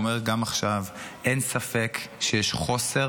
ואומר גם עכשיו: אין ספק שיש חוסר